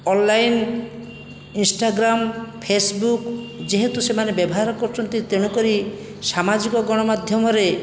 online Instagram Facebook ଯେହେତୁ ସେମାନେ ବ୍ୟବହାର କରୁଛନ୍ତି ତେଣୁକରି ସାମାଜିକ ଗଣମାଧ୍ୟମରେ